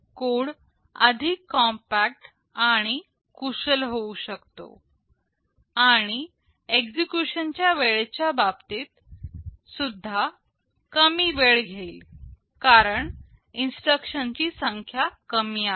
code अधिक compact आणि कुशल होऊ शकतो आणि एक्झिक्युशन वेळेच्या बाबतीत सुद्धा कमी वेळ घेईल कारण इन्स्ट्रक्शन ची संख्या कमी आहे